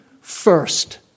first